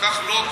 כך לוט